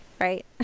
right